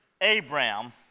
Abraham